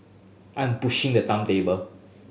I'm pushing the timetable